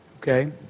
Okay